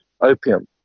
opium